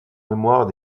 mémoire